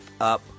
up